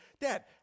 dad